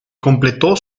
completó